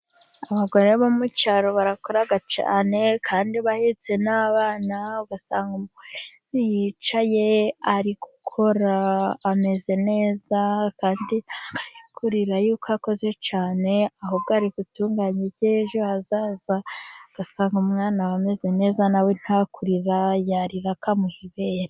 Abagore mu cyaro barakora cyane, kandi bahetse n'abana, ugasanga umugore ntiyicaye ari gukora, ameze neza, kandi nta bwo ari kurira y'uko akoze cyane ahubwo ari gutunganye iby'ejo hazaza, ugasanga umwana we abameze neza nawe nta kurira, yarira akamuha ibere.